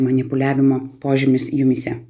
manipuliavimo požymis jumyse